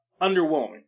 underwhelming